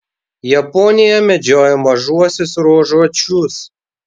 japonija medžioja mažuosiuos ruožuočius